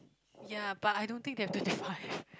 ya but I don't think they have twenty five